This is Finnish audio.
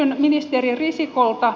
kysyn ministeri risikolta